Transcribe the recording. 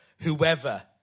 whoever